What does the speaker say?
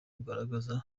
ugaragaza